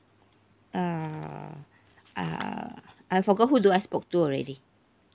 uh uh I forgot who do I spoke to already